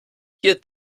hier